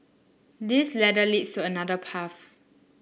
this ladder leads to another path